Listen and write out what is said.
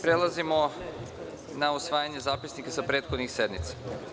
Prelazimo na usvajanje zapisnika sa prethodnih sednica.